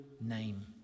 name